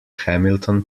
hamilton